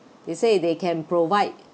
they say they can provide